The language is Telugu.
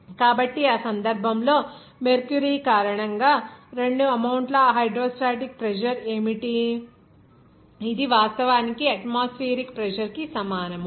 కాబట్టి ఆ సందర్భంలో మెర్క్యూరీ కారణంగా రెండు అమౌంట్ల హైడ్రోస్టాటిక్ ప్రెజర్ ఏమిటి ఇది వాస్తవానికి అట్మాస్ఫియరిక్ ప్రెజర్ కి సమానం